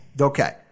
Okay